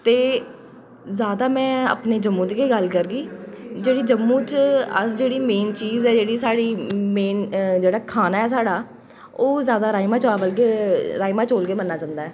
ते जादै में अपने जम्मू दी गै गल्ल करगी जेह्ड़ी जम्मू च अस जेह्ड़ी मेन चीज़ ऐ जेह्ड़ी साढ़ी मेन जेह्ड़ा खाना ऐ साढ़ा ओह् जादै राजमां चावल राजमां चौल गै मन्नेआ जंदा ऐ